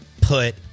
put